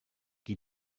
qui